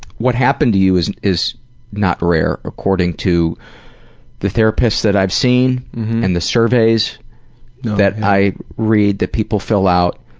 what happened to you is is not rare according to the therapist that i have seen and the surveys that i read that people fill out,